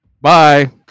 Bye